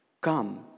come